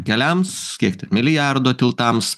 keliams kiek ten milijardo tiltams